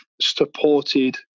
supported